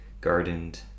gardened